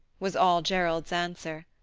was all gerald's answer.